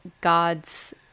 God's